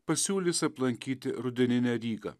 pasiūlys aplankyti rudeninę rygą